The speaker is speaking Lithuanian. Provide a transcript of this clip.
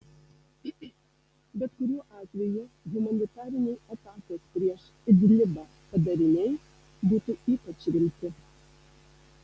bet kuriuo atveju humanitariniai atakos prieš idlibą padariniai būtų ypač rimti